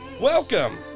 welcome